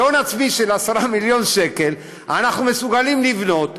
בהון עצמי של עשרה מיליון שקל אנחנו מסוגלים לבנות,